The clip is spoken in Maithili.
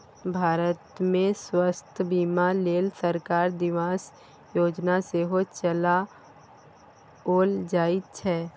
भारतमे स्वास्थ्य बीमाक लेल सरकार दिससँ योजना सेहो चलाओल जाइत छै